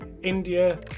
India